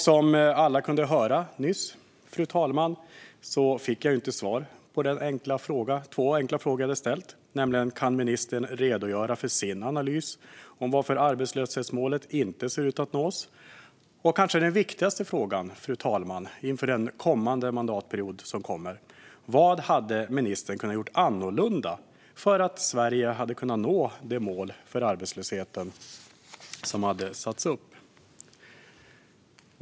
Som alla kunde höra nyss, fru talman, fick jag inte svar på de två enkla frågor jag hade ställt, nämligen: Kan ministern redogöra för sin analys av varför arbetslöshetsmålet inte ser ut att nås? Och den kanske viktigaste frågan, fru talman, inför den kommande mandatperioden: Vad hade ministern kunnat göra annorlunda för att Sverige skulle kunna nå det mål för arbetslösheten som hade satts upp?